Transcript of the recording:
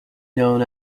known